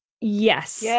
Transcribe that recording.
Yes